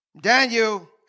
Daniel